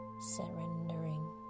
surrendering